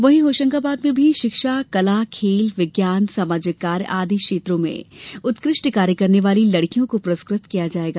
वहीं होशंगाबाद में भी शिक्षा कला खेल विज्ञान सामाजिक कार्य आदि क्षेत्रों में उत्कृष्ट कार्य करने वाली लड़कियों को पुरस्कृत किया जायेगा